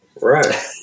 right